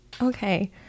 Okay